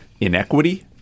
inequity